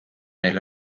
neile